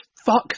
fuck